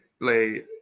play